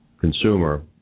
consumer